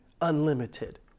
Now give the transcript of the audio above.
unlimited